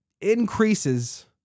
increases